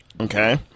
okay